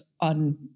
on